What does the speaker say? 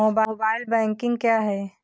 Mobile banking क्या है?